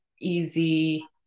easy